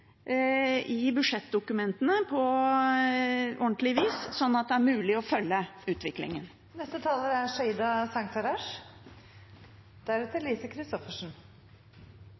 i budsjettdokumentene på ordentlig vis, sånn at det er mulig å følge utviklingen. SV kommer til å støtte alle de forslagene som ligger i denne saken. Særlig glad er